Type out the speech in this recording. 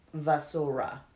vasura